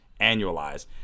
annualized